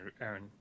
Aaron